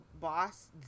boss